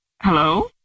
Hello